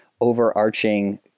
overarching